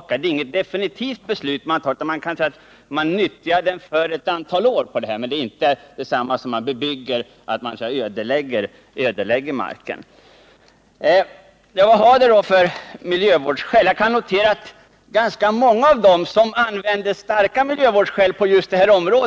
Man fattar inget definitivt beslut, utan man nyttjar marken för ett antal år. Man ödelägger inte marken. Vilka miljövårdsskäl finns